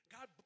God